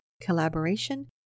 collaboration